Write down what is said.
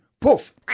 Poof